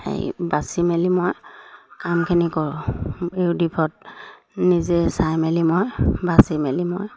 সেই বাচি মেলি মই কামখিনি কৰোঁ ইউটিউবত নিজে চাই মেলি মই বাচি মেলি মই